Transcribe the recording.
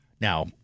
now